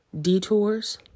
detours